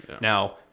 Now